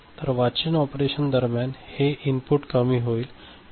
तर वाचन ऑपरेशन दरम्यान हे इनपुट कमी होईल हे कमी आहे